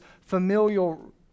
familial